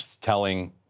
telling